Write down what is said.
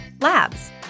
Labs